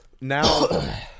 now